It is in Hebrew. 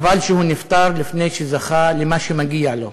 חבל שהוא נפטר לפני שהוא זכה למה שמגיע לו,